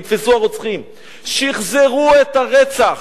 נתפסו הרוצחים, שחזרו את הרצח.